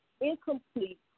incomplete